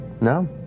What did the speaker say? No